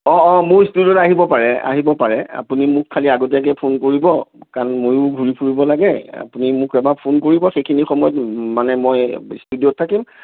অঁ অঁ মোৰ ষ্টুডিঅ'ত আহিব পাৰে আহিব পাৰে আপুনি মোক খালী আগতীয়াকৈ ফোন কৰিব কাৰণ ময়ো ঘূৰি ফুৰিব লাগে আপুনি মোক এবাৰ ফোন কৰিব সেইখিনি সময়ত মানে মই ষ্টুডিঅ'ত থাকিম